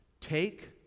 Take